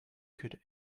could